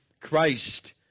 Christ